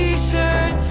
T-shirt